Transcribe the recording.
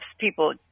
people